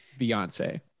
Beyonce